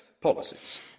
policies